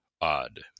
odd